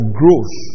growth